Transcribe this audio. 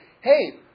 Hey